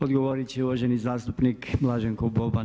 Odgovorit će uvaženi zastupnik Blaženko Boban.